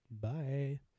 Bye